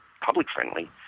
public-friendly